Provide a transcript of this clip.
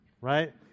Right